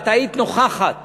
את היית נוכחת